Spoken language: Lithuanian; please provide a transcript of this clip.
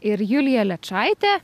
ir julija liačaitė